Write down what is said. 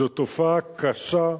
זו תופעה קשה,